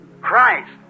Christ